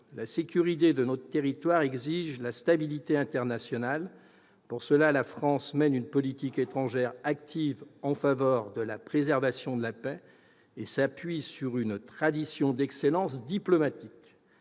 la sécurité de notre territoire exige la stabilité internationale. Dans cette perspective, la France mène une politique étrangère active en faveur de la préservation de la paix et s'appuie sur une tradition d'excellence diplomatique.